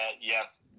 Yes